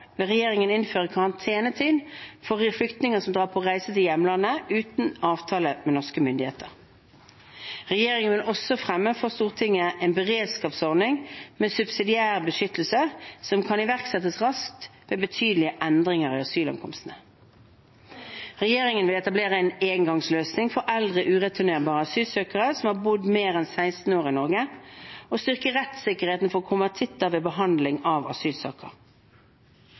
regjeringen innføre karantenetid for flyktninger som drar på reiser til hjemlandet uten avtale med norske myndigheter. Regjeringen vil også fremme for Stortinget en beredskapsordning med subsidiær beskyttelse som kan iverksettes raskt ved betydelige endringer i asylankomstene. Regjeringen vil etablere en engangsløsning for eldre, ureturnerbare asylsøkere som har bodd mer enn 16 år i Norge, og styrke rettssikkerheten for konvertitter ved behandling av asylsaker.